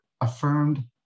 affirmed